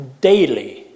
daily